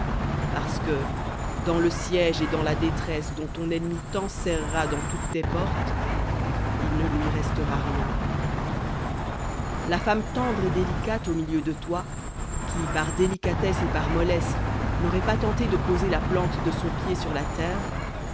parce que dans le siège et dans la détresse dont ton ennemi t'enserrera dans toutes tes portes il ne lui restera rien la femme tendre et délicate au milieu de toi qui par délicatesse et par mollesse n'aurait pas tenté de poser la plante de son pied sur la terre